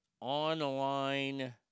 online